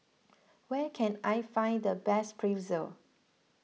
where can I find the best Pretzel